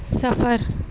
سفر